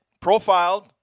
profiled